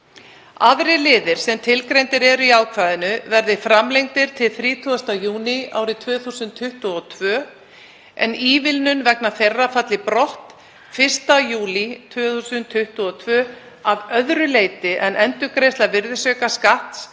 Aðrir liðir sem tilgreindir eru í ákvæðinu verði framlengdir til 30. júní árið 2022 en ívilnun vegna þeirra falli brott 1. júlí 2022, að öðru leyti en því að endurgreiðsla virðisaukaskatts